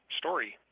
story